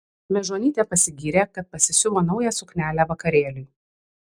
mežonytė pasigyrė kad pasisiuvo naują suknelę vakarėliui